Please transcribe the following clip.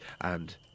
and